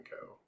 Co